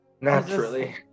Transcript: Naturally